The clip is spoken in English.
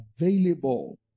available